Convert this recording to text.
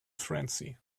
frenzy